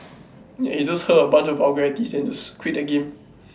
ya he just heard a bunch of vulgarities and just quit the game